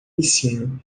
piscina